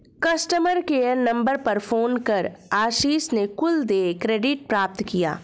customer care number पर phone कर आशीष ने कुल देय क्रेडिट प्राप्त किया